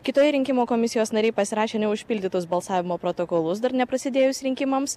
kitoje rinkimų komisijos nariai pasirašė neužpildytus balsavimo protokolus dar neprasidėjus rinkimams